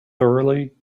thoroughly